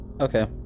Okay